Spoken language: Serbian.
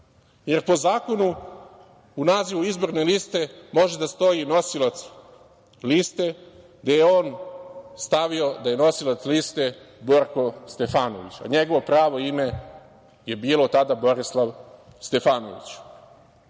jer po zakonu izborne liste može da stoji nosilac liste gde je on stavio da je nosilac liste Borko Stefanović, a njegovo pravo ime je bilo tada Borislav Stefanović. Umesto